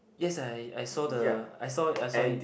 yes I I saw the I saw it I saw it